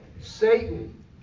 Satan